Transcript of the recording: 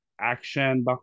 action